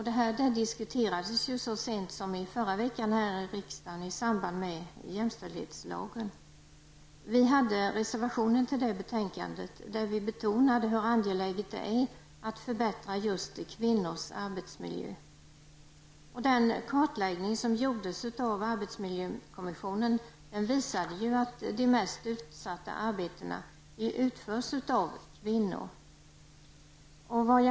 Detta diskuterades här i riksdagen så sent som i förra veckan i samband med debatten om reservationer till det betänkandet betonade vi hur angeläget det är att förbättra just kvinnors arbetsmiljöer. Arbetsmiljökommissionens kartläggning visade ju att de mest utsatta arbetena utförs av kvinnor.